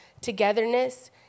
togetherness